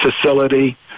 facility